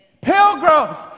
Pilgrim's